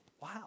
Wow